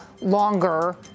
longer